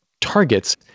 targets